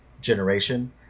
generation